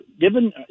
given